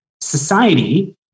society